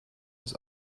ist